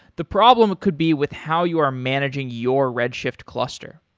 the problem could be with how you are managing your redshift cluster.